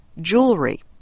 jewelry